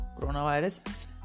coronavirus